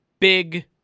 Big